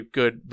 good